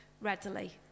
readily